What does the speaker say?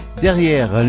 Derrière